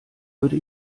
würde